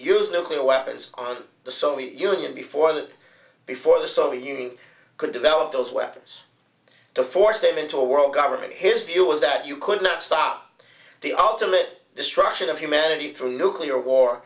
use nuclear weapons on the soviet union before that before the soviet union could develop those weapons to force them into a world government his view was that you could not stop the ultimate destruction of humanity through nuclear war